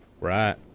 Right